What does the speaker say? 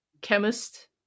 chemist